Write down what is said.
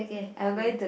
okay